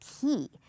key